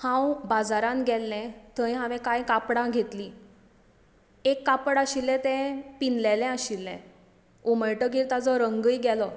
हांव बाजारान गेल्लें थंय हांवें कांय कापडां घेतलीं एक कापड आशिल्लें तें पिंजील्लें आशिल्लें उमळटकीर ताचो रंगय गेलो